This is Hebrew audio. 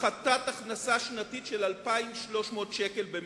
הפחתת הכנסה שנתית של 2,300 שקל בממוצע.